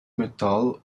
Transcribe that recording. metall